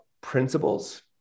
principles